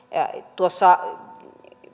tuossa